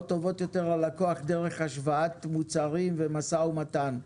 טובות יותר ללקוח דרך השוואת מוצרים ומשא ומתן.